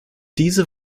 diese